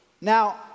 Now